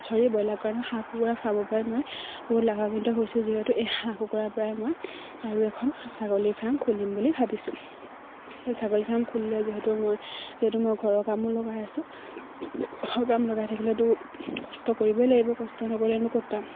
sorry broiler কাৰণে হাঁহ কুকুৰা ফাৰ্মৰ পৰাই মই বহুত লাভাৱিত হৈছোঁ যিহেতু এই হাঁহ কুকুৰা পৰাই মই আৰু এখন ছাগলীৰ ফাৰ্ম খুলিম বুলি ভাবিছোঁ এই ছাগলী ফাৰ্ম খুলিলে যিহেতু মই যিহেতু মই ঘৰৰ কামো লগাই আছোঁ ঘৰৰ কাম লগাই থাকিলেতো কষ্ট কৰিবই লাগিব কষ্ট নকৰিলেনো ক'ত পাম